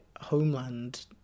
homeland